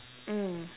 mm